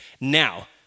Now